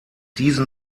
diesen